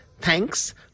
thanks